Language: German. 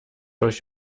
euch